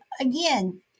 again